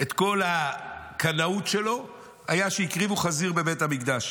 את כל הקנאות שלו היה שהקריבו חזיר בבית המקדש.